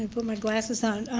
and put my glasses on.